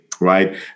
Right